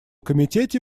комитете